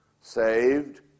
Saved